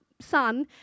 son